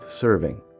serving